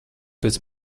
pēc